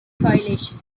coalition